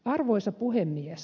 arvoisa puhemies